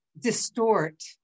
distort